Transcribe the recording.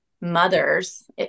mothers